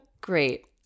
great